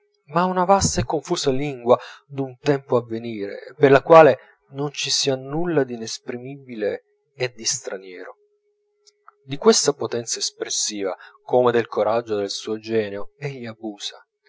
ma una vasta e confusa lingua d'un tempo avvenire per la quale non ci sia nulla d'inesprimibile e di straniero di questa potenza espressiva come del coraggio del suo genio egli abusa